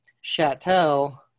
chateau